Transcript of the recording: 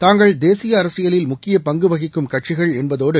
தாங்கள் தேசிய அரசியலில் முக்கிய பங்கு வகிக்கும் கட்சிகள் என்பதோடு